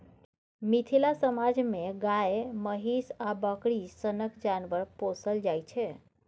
मिथिला समाज मे गाए, महीष आ बकरी सनक जानबर पोसल जाइ छै